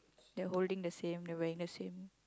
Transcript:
they're holding the same they're wearing the same